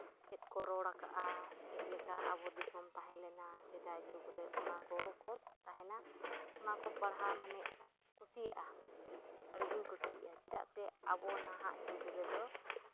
ᱪᱮᱫ ᱠᱚ ᱨᱚᱲᱟᱠᱟᱜᱼᱟ ᱪᱮᱫᱞᱮᱠᱟ ᱟᱵᱚ ᱫᱤᱥᱚᱢ ᱛᱟᱦᱮᱸᱞᱮᱱᱟ ᱥᱮᱫᱟᱭ ᱡᱩᱜᱽᱨᱮ ᱚᱱᱟ ᱠᱚᱠᱚ ᱛᱟᱦᱮᱱᱟ ᱚᱱᱟ ᱠᱚ ᱯᱟᱲᱦᱟᱣ ᱢᱟᱱᱮ ᱠᱩᱥᱤᱭᱟᱜᱼᱟᱢ ᱟᱹᱰᱤᱜᱤᱧ ᱠᱩᱥᱤᱭᱟᱜᱼᱟ ᱪᱮᱫᱟᱜ ᱥᱮ ᱟᱵᱚ ᱱᱟᱦᱟᱜ ᱡᱩᱜᱽ ᱨᱮᱫᱚ